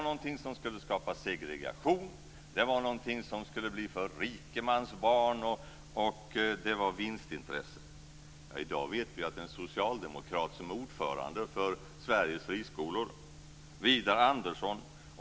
Dessa skulle skapa segregation och vara någonting för rikemansbarn, och de skulle bygga på vinstintressen. I dag är en socialdemokrat, Widar Andersson, ordförande för Sveriges friskolor.